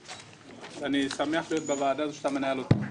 ואני שמח להיות בוועדה הזאת שאתה מנהל אותה.